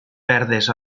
verdes